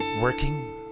working